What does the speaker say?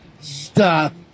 stop